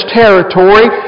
territory